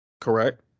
Correct